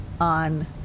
on